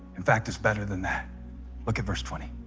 in fact it's better than that look at verse twenty